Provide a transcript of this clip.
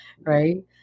right